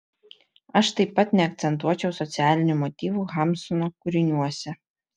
aš taip pat neakcentuočiau socialinių motyvų hamsuno kūriniuose